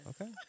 Okay